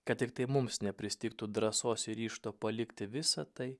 kad tiktai mums nepristigtų drąsos ryžto palikti visa tai